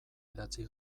idatzi